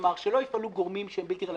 כלומר שלא יפעלו גורמים שהם בלתי רלוונטיים.